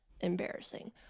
embarrassing